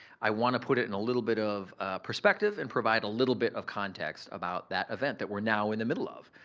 i wanna put it in a little bit of perspective and provide a little bit of context about that event that we're now in the middle of.